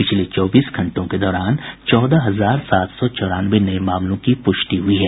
पिछले चौबीस घंटों के दौरान चौदह हजार सात सौ चौरानवे नए मामलों की प्रष्टि हई है